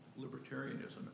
libertarianism